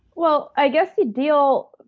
well, i guess, you deal,